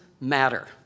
matter